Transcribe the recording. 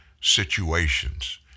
situations